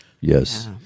Yes